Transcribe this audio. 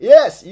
Yes